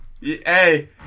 hey